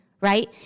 Right